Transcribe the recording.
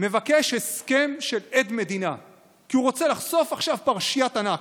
מבקש הסכם של עד מדינה כי הוא רוצה לחשוף עכשיו פרשיית ענק,